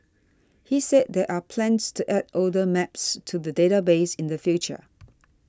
he said there are plans to add older maps to the database in the future